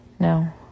No